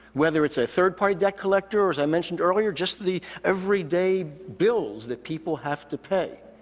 whether it's a third-party debt collector, as i mentioned earlier, just the everyday bills that people have to pay,